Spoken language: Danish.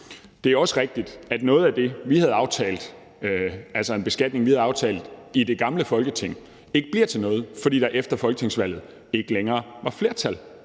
Det er også rigtigt, at noget af det, vi havde aftalt om en beskatning i det gamle Folketing, ikke bliver til noget, fordi der efter folketingsvalget ikke længere er flertal